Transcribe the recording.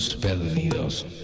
perdidos